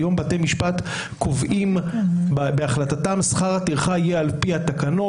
היום בתי המשפט קובעים בהחלטתם ששכר הטרחה יהיה על פי התקנות,